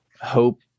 hope